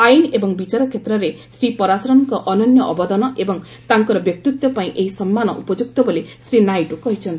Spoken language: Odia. ଆଇନ ଏବଂ ବିଚାର କ୍ଷେତ୍ରରେ ଶ୍ରୀ ପରାଶରନ୍ଙ୍କ ଅନନ୍ୟ ଅବଦାନ ଏବଂ ତାଙ୍କର ବ୍ୟକ୍ତିତ୍ୱ ପାଇଁ ଏହି ସମ୍ମାନ ଉପଯୁକ୍ତ ବୋଲି ଶ୍ରୀ ନାଇଡ଼ୁ କହିଛନ୍ତି